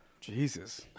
Jesus